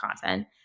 content